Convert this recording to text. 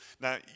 Now